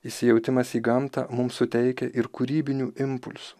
įsijautimas į gamtą mums suteikia ir kūrybinių impulsų